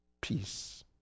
peace